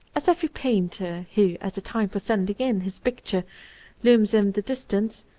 as every painter who, as the time for sending in his picture looms in the distance,